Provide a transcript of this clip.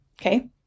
Okay